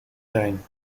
zijn